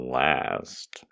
last